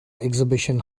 exhibition